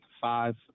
five